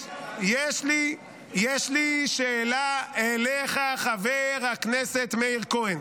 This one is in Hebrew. יש לי שאלה אליך, חבר הכנסת מאיר כהן.